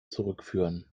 zurückführen